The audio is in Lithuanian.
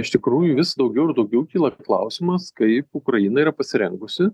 iš tikrųjų vis daugiau ir daugiau kyla klausimas kaip ukraina yra pasirengusi